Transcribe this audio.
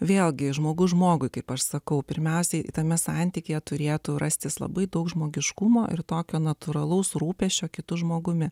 vėlgi žmogus žmogui kaip aš sakau pirmiausiai tame santykyje turėtų rastis labai daug žmogiškumo ir tokio natūralaus rūpesčio kitu žmogumi